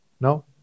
No